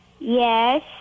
Yes